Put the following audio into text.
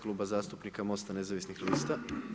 Kluba zastupnika Mosta nezavisnih lista.